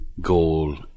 goal